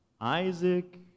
Isaac